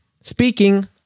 speaking